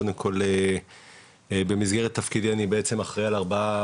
קודם כל במסגרת תפקידי אני בעצם אחראי על ארבעה